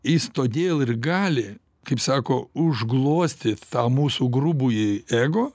jis todėl ir gali kaip sako užglostyt tą mūsų grubųjį ego